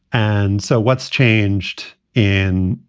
and so what's changed in,